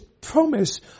promise